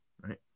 Right